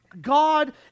God